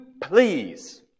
please